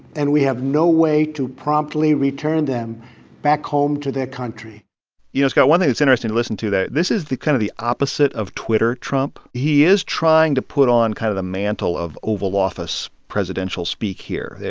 and we have no way to promptly return them back home to their country you know, scott, one thing that's interesting to listen to there, this is the kind of the opposite of twitter trump. he is trying to put on kind of the mantle of oval office presidential speak here.